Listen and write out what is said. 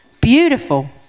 Beautiful